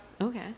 Okay